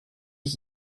ich